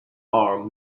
are